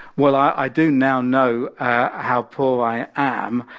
well, i do now know how poor i am.